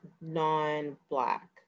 non-black